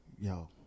Yo